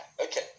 okay